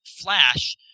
Flash